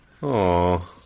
Aw